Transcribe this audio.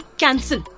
cancel